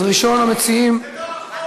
אז ראשון המציעים, זה לא החוק,